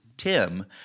Tim